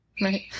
Right